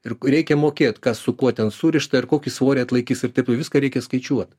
ir kur reikia mokėt kas su kuo ten surišta ir kokį svorį atlaikys ir taip toliau viską reikės skaičiuoti